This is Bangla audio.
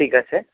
ঠিক আছে